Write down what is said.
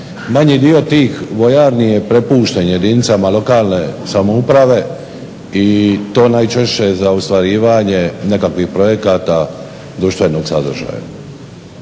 Manji dio tih pojavnih je prepuštanje jedinicama lokalne samouprave i to najčešće za ostvarivanje nekakvih projekata društvenog sadržaja.